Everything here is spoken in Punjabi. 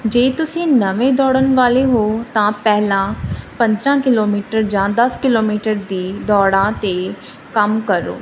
ਜੇ ਤੁਸੀਂ ਨਵੇਂ ਦੌੜਨ ਵਾਲੇ ਹੋ ਤਾਂ ਪਹਿਲਾਂ ਪੰਦਰ੍ਹਾਂ ਕਿਲੋਮੀਟਰ ਜਾਂ ਦਸ ਕਿਲੋਮੀਟਰ ਦੀ ਦੌੜਾਂ 'ਤੇ ਕੰਮ ਕਰੋ